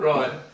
Right